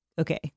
okay